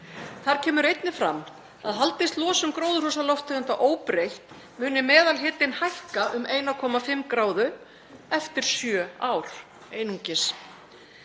Þar kemur einnig fram að haldist losun gróðurhúsalofttegunda óbreytt muni meðalhitinn hækka um 1,5°C eftir einungis